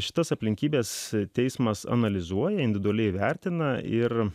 šitas aplinkybes teismas analizuoja individualiai įvertina ir